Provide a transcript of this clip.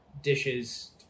dishes